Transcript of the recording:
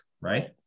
right